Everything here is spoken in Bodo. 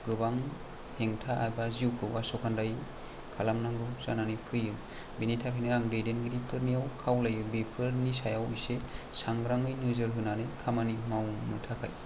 गोबां हेंथा एबा जिउखौ आसखान्दायै खालाम नांगौ जानानै फैयो बिनिथाखायनो आं दैदेनगिरिफोरनिआव खावलायो बेफोरनि सायाव एसे सांग्राङै नोजोर होनानै खामानि मावनो थाखाय